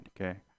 okay